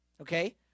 okay